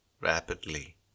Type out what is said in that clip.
rapidly